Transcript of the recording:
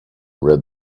red